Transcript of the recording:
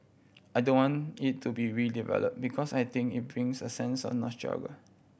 I don't want it to be redevelop because I think it brings a sense of